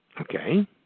Okay